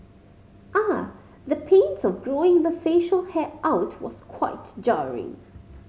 ah the pains of growing the facial hair out was quite jarring